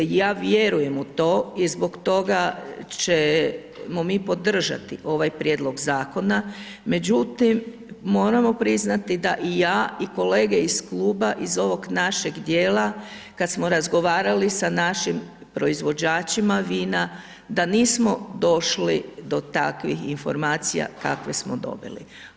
Ja vjerujem u to i zbog toga ćemo mi podržati ovaj prijedlog zakona međutim moramo priznati da i ja i kolege iz kluba iz ovog našeg dijela kada smo razgovarali sa našim proizvođačima vina da nismo došli do takvih informacija kakve smo dobili.